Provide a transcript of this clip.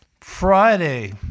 Friday